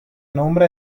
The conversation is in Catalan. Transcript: nombre